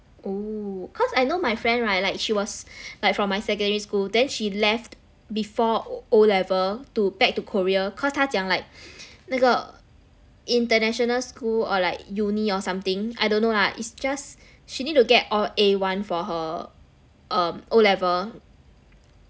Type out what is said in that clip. oh cause I know my friend right like she was like from my secondary school then she left before O level to back to Korea cause 他讲 liike 那个 international school or like uni or something I don't know lah it's just she need to get all A one for her um O level